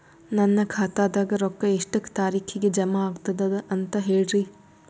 ನನ್ನ ಖಾತಾದಾಗ ರೊಕ್ಕ ಎಷ್ಟ ತಾರೀಖಿಗೆ ಜಮಾ ಆಗತದ ದ ಅಂತ ಹೇಳರಿ?